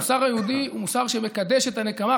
המוסר היהודי הוא מוסר שמקדש את הנקמה.